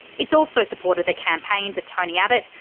it's also supported the campaigns of tony abbott,